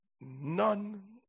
none